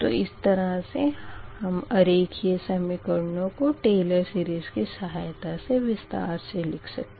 तो इस तरह से हम अरेखिये समीकरणों को टेलर सीरीस की सहायता से विस्तार से लिख सकते है